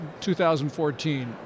2014